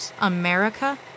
America